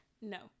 no